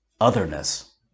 otherness